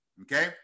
okay